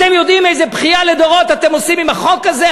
אתם יודעים איזו בכייה לדורות אתם עושים בחוק הזה?